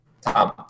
Tom